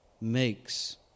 makes